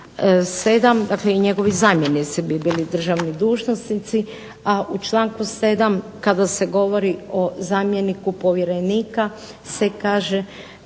7., dakle i njegovi zamjenici bi bili državni dužnosnici, a u članku 7. kada se govori o zamjeniku povjerenika se kaže